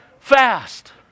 Fast